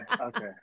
okay